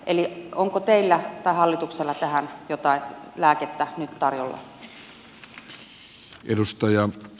eli onko teillä tai hallituksella tähän jotain lääkettä nyt tarjolla